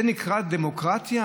זה נקרא דמוקרטיה?